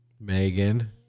Megan